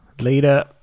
Later